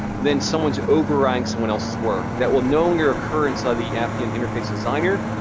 then someone's overwriting someone else's work. that will no longer occur inside the appian interface designer.